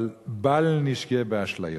אבל בל נשגה באשליות,